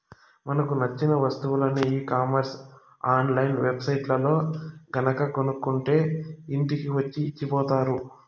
మనకు నచ్చిన వస్తువులని e commerce online web సైట్లల్లో గనక కొనుక్కుంటే ఇంటికి వచ్చి ఇచ్చిపోతారు